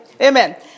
Amen